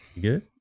Good